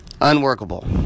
Unworkable